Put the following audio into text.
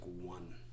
one